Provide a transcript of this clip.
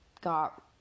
got